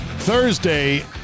Thursday